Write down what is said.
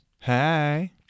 Hi